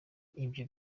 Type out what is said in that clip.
ibyo